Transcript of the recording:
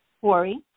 Corey